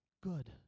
good